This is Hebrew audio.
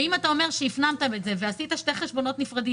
אם אתה אומר שהפנמתם את זה ויצרתם שני חשבונות נפרדים